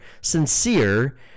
sincere